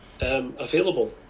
Available